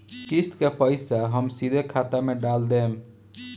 किस्त के पईसा हम सीधे खाता में डाल देम?